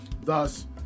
Thus